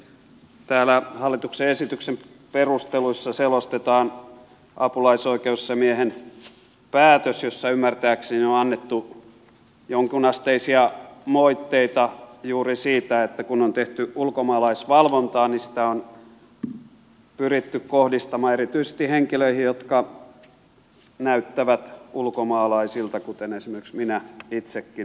täällä hallituksen esityksen perusteluissa selostetaan apulaisoikeusasiamiehen päätös jossa ymmärtääkseni on annettu jonkunasteisia moitteita juuri siitä että kun on tehty ulkomaalaisvalvontaa niin sitä on pyritty kohdistamaan erityisesti henkilöihin jotka näyttävät ulkomaalaisilta kuten esimerkiksi minä itsekin näytän